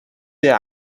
their